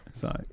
Sorry